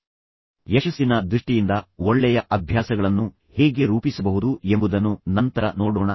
ನಾವು ಈ ಒಳ್ಳೆಯ ಅಭ್ಯಾಸಗಳನ್ನು ಮತ್ತು ಯಶಸ್ಸಿನ ದೃಷ್ಟಿಯಿಂದ ಒಳ್ಳೆಯ ಅಭ್ಯಾಸಗಳನ್ನು ಹೇಗೆ ರೂಪಿಸಬಹುದು ಎಂಬುದನ್ನು ನಂತರ ನೋಡೋಣ